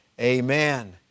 Amen